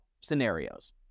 scenarios